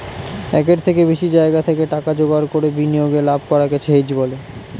একের থেকে বেশি জায়গা থেকে টাকা জোগাড় করে বিনিয়োগে লাভ করাকে হেজ বলে